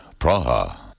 Praha